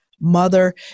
mother